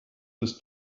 bis